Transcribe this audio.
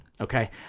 Okay